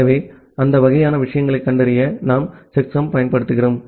எனவே அந்த வகையான விஷயங்களைக் கண்டறிய நாம் செக்சம் பயன்படுத்துகிறோம்